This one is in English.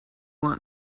want